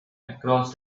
across